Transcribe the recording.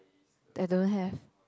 I don't have